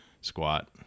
squat